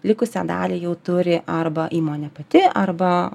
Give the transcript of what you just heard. likusią dalį jau turi arba įmonė pati arba